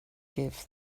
give